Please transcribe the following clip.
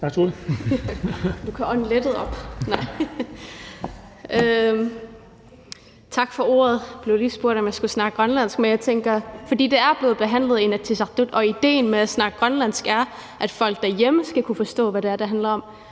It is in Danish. Tak for ordet. Jeg blev lige spurgt, om jeg skulle snakke grønlandsk. Men jeg tænker, at fordi det er blevet behandlet i Inatsisartut og idéen med at snakke grønlandsk er, at folk derhjemme skal kunne forstå, hvad det er, det handler om,